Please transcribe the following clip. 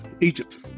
Egypt